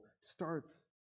starts